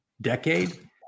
decade